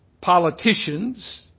politicians